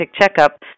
checkup